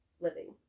living